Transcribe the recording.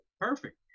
Perfect